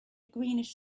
greenish